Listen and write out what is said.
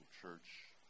church